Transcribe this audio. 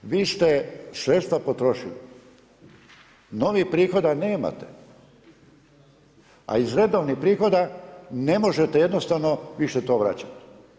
Vi ste sredstva potrošili, novih prihoda nemate, a iz redovnih prihoda ne možete jednostavno više to vraćati.